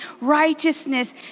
righteousness